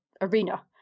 arena